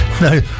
No